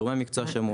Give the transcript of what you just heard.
גורמי המקצוע שמעו,